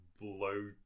blow